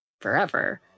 forever